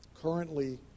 currently